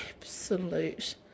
absolute